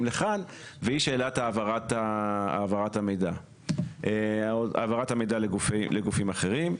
לכאן והיא שאלת העברת המידע לגופים אחרים.